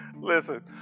Listen